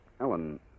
Ellen